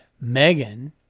Megan